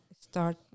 start